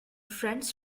friends